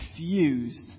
refused